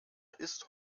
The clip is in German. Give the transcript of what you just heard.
ist